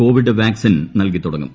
Covid vaccine നൽകി തുടങ്ങും